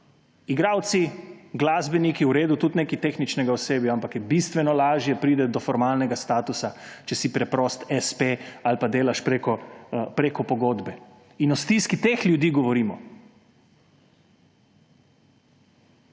Igralci, glasbeniki, v redu, tudi nekaj tehničnega osebja, ampak je bistveno lažje priti do formalnega statusa, če si preprost espe ali pa delaš preko pogodbe. In o stiski teh ljudi govorimo!